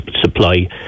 supply